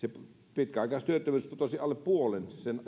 pitkäaikaistyöttömyys putosi alle puoleen